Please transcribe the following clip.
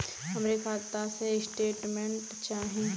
हमरे खाता के स्टेटमेंट चाही?